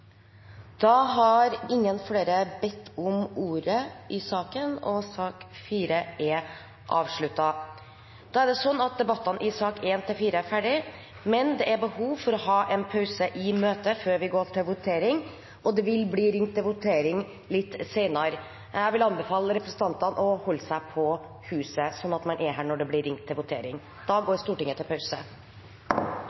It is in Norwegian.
bedt om ordet til sak nr. 4. Det er behov for å ha en pause i møtet før vi går til votering, og det vil bli ringt til votering litt senere. Jeg vil anbefale representantene å holde seg på huset, slik at man er her når det blir ringt til votering. Da går Stortinget til pause. Møtet avbrutt kl. 10.37. Stortinget gjenopptok sine forhandlinger kl. 11.14. President: Olemic Thommessen Da er Stortinget klar til å gå